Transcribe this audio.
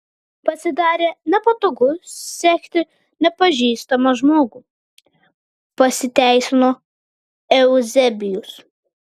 pasidarė nepatogu sekti nepažįstamą žmogų pasiteisino euzebijus